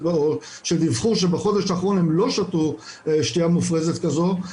או שדיווחו שבחודש האחרון הם לא שתו שתייה מופרזת כזו,